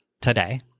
today